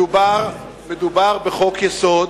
מדובר בחוק-יסוד.